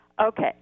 Okay